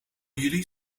jullie